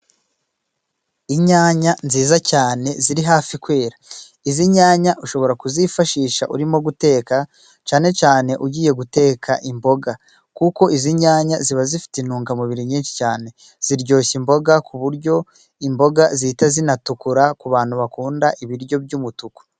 Inyanya nziza cyane ziri hafi kwera. Izi nyanya ushobora kuzifashisha urimo guteka, cane cane ugiye guteka imboga, kuko izi nyanya ziba zifite intungamubiri nyinshi cyane ziryoshya imboga, ku buryo imboga zihita zinatukura ku bantu bakunda ibiryo by'umutuku.